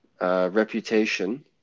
reputation